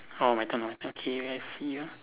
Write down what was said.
orh my turn okay let's see ah